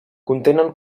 contenen